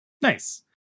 Nice